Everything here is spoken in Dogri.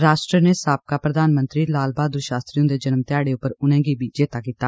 राश्ट्र नै साबका प्रधानमंत्री लाल बहादुर शास्त्री हुंदे जन्म ध्याड़े उप्पर उनेंगी बी चेता कीता